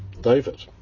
David